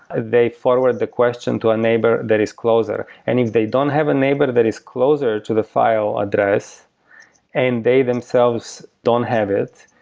they forward the question to a neighbor that is closer, and if they don't have a neighbor that is closer to the file address and they themselves don't have it,